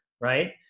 right